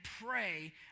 pray